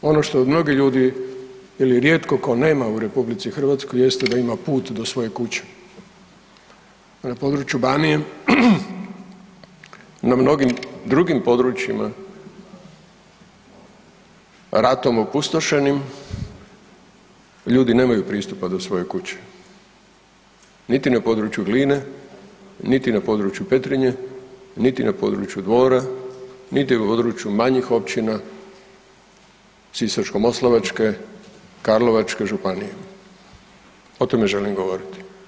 Ono što mnogi ljudi ili rijetko ko nema u RH jeste da ima put do svoje kuće, a na području Banije i na mnogim drugim područjima ratom opustošenim ljudi nemaju pristupa do svoje kuće, niti na području Gline, niti na području Petrinje, niti na području Dvora, niti na području manjih općina Sisačko-moslavačke i Karlovačke županije, o tom želim govoriti.